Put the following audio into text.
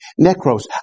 Necros